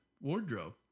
wardrobe